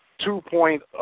two-point